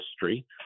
history